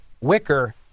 Wicker